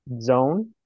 zone